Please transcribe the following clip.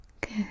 Good